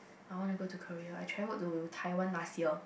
I wanna go to Korea I traveled to Taiwan last year